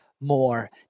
more